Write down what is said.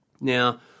Now